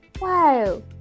Wow